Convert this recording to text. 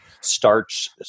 starch